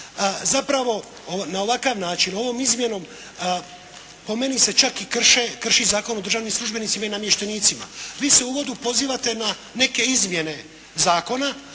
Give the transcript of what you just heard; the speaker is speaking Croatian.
Zapravo na ovakav način ovom izmjenom po meni se čak i krši Zakon o državnim službenicima i namještenicima. Vi se u uvodu pozivate na neke izmjene Zakona